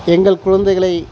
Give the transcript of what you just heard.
எங்கள் குழந்தைகளை